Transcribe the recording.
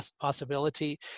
possibility